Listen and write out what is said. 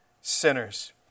sinners